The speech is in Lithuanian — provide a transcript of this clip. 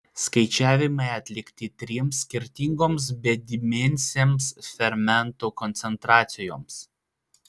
skaičiavimai atlikti trims skirtingoms bedimensėms fermentų koncentracijoms